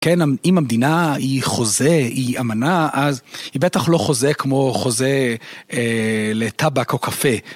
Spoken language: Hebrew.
אם המדינה היא חוזה, היא אמנה, אז היא בטח לא חוזה כמו חוזה לטבק או קפה.